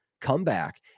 comeback